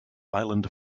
island